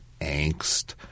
angst